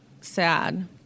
sad